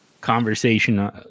conversation